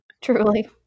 Truly